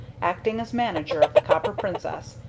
acting as manager of the copper princess,